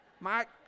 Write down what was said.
Mike